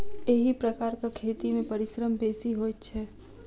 एहि प्रकारक खेती मे परिश्रम बेसी होइत छै